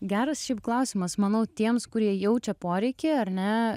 geras šiaip klausimas manau tiems kurie jaučia poreikį ar ne